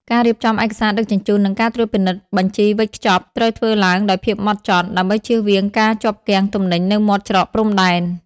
ការរៀបចំឯកសារដឹកជញ្ជូន និងការត្រួតពិនិត្យបញ្ជីវេចខ្ចប់ ត្រូវធ្វើឡើងដោយភាពហ្មត់ចត់ ដើម្បីចៀសវាងការជាប់គាំងទំនិញនៅមាត់ច្រកព្រំដែន។